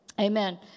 amen